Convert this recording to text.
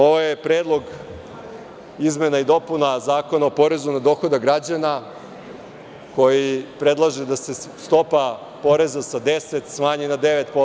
Ovaj je predlog izmena i dopuna Zakona o porezu na dohodak građana koji predlaže da se stopa poreza sa 10% smanji na 9%